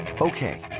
Okay